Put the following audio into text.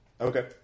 Okay